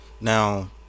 now